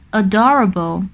adorable